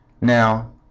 Now